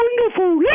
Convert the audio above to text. wonderful